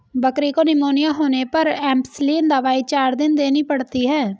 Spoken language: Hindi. बकरी को निमोनिया होने पर एंपसलीन दवाई चार दिन देनी पड़ती है